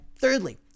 Thirdly